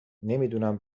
نمیدونم